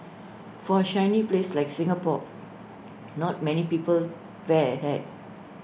for A sunny place like Singapore not many people wear A hat